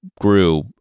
grew